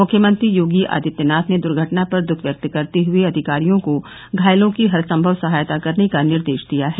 मुख्यमंत्री योगी आदित्यनाथ ने दुर्घटना पर दुख व्यक्त करते हुए अधिकारियों को घायलों की हर सम्भव सहायता करने का निर्देश दिया है